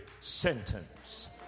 sentence